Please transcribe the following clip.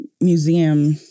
museum